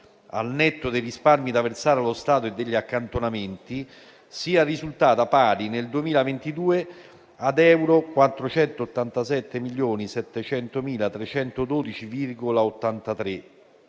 al netto dei risparmi da versare allo Stato e degli accantonamenti, sia risultata pari, nel 2022, ad euro 487.700.312,83.